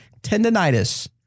tendinitis